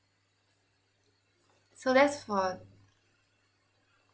so that's for